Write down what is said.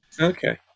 Okay